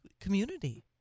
community